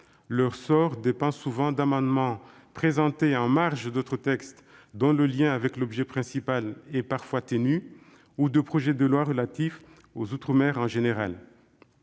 leur sort dépend souvent d'amendements présentés en marge d'autres textes, dont le lien avec l'objet principal est parfois ténu, ou de projets de loi relatifs aux outre-mer en général.